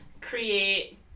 create